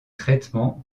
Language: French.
traitements